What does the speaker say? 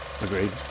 Agreed